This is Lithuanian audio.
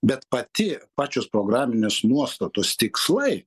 bet pati pačios programinės nuostatos tikslai